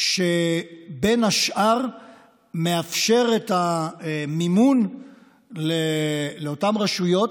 שבין השאר מאפשר את המימון לאותן רשויות